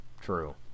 true